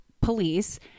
police